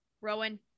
rowan